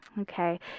okay